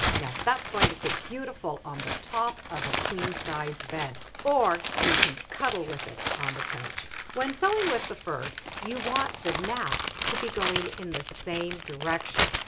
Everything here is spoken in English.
yeah that's going to fit beautiful on the top of a queen-size bed. or you can cuddle with it on the couch. when sewing with the fur you want the nap to be going in the same direction,